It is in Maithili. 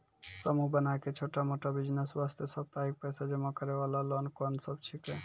समूह बनाय के छोटा मोटा बिज़नेस वास्ते साप्ताहिक पैसा जमा करे वाला लोन कोंन सब छीके?